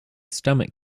stomach